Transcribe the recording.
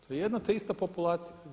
To je jedna te ista populacija.